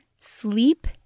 sleep